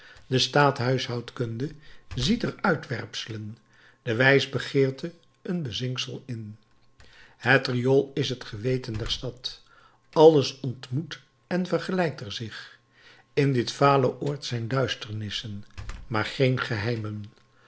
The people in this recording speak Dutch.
de staathuishoudkunde ziet er uitwerpselen de wijsbegeerte een bezinksel in het riool is het geweten der stad alles ontmoet en vergelijkt er zich in dit vale oord zijn duisternissen maar geen geheimen